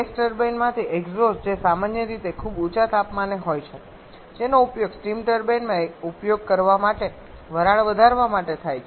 gas ટર્બાઇનમાંથી exhaust જે સામાન્ય રીતે ખૂબ ઊંચા તાપમાને હોય છે જેનો ઉપયોગ સ્ટીમ ટર્બાઇનમાં ઉપયોગ કરવા માટે વરાળ વધારવા માટે થાય છે